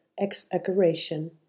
exaggeration